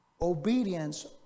Obedience